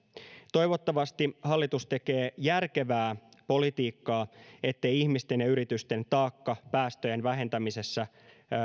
toivottavasti hallitus tekee järkevää politiikkaa ettei ihmisten ja yritysten taakkaa päästöjen vähentämisessä